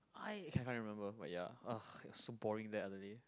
I I can't remember but ya !ugh! so boring there Adelaide